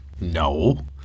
No